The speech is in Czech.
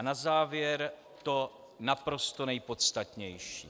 Na závěr to naprosto nejpodstatnější.